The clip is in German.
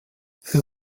für